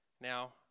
Now